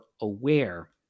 aware